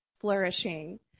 flourishing